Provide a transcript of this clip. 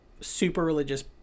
super-religious